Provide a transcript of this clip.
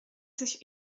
sich